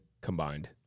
combined